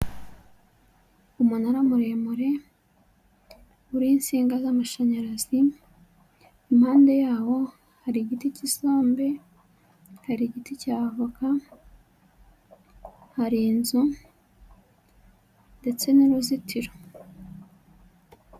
Umunara muremure, uriho insinga z'amashanyarazi, impande yawo hari igiti cy'isombe, hari igiti cya avoka, hari inzu ndetse n'uruzitiro.